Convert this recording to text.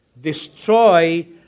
Destroy